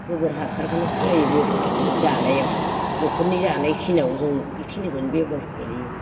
गोबोर हासारखौनो खालामो बेबहार जोङो जानायाव न'खरनि जानाय खिनियाव जों बेखिनिखौनो बेबहार खालामो